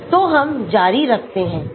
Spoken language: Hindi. तो हम जारी रखते हैं